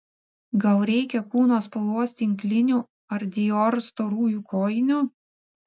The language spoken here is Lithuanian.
gal reikia kūno spalvos tinklinių ar dior storųjų kojinių